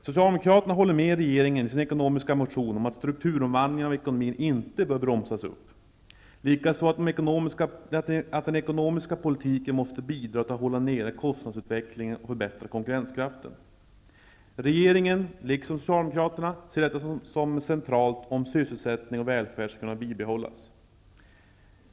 Socialdemokraterna håller i sin ekonomiska motion med regeringen om att strukturomvandlingen av ekonomin inte bör bromsas upp, och att den ekonomiska politiken måste bidra till att hålla nere kostnadsutvecklingen och förbättra konkurrenskraften. Regeringen, liksom Socialdemokraterna, ser detta som centralt om sysselsättning och välfärd skall kunna bibehållas.